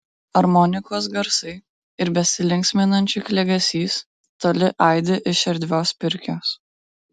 armonikos garsai ir besilinksminančių klegesys toli aidi iš erdvios pirkios